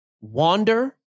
Wander